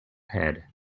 head